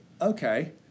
okay